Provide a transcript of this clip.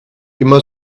immer